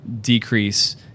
decrease